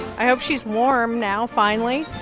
i hope she's warm now finally.